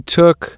took